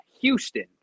Houston